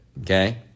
Okay